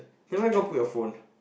then where are you going to put your phone